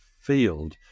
field